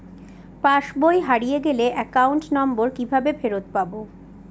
পাসবই হারিয়ে গেলে অ্যাকাউন্ট নম্বর কিভাবে ফেরত পাব?